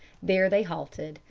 there they halted,